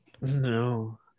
No